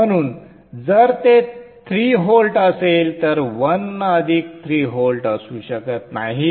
म्हणून जर ते 3 व्होल्ट असेल तर 1 अधिक 3 व्होल्ट असू शकत नाहीत